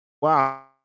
Wow